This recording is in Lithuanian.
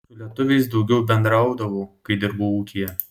su lietuviais daugiau bendraudavau kai dirbau ūkyje